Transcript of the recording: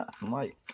mike